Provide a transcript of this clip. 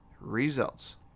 Results